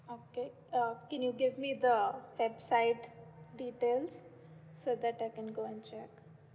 okay uh can you give me the website details so that I can go and check